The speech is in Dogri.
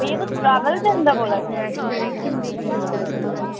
भैया तुस ट्रैवल अजैंट दा बोला दे